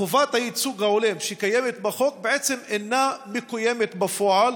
שחובת הייצוג ההולם שקיימת בחוק בעצם אינה מקוימת בפועל.